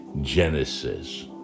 Genesis